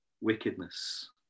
wickedness